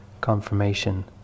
confirmation